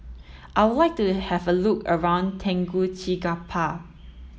I would like to have a look around Tegucigalpa